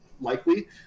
likely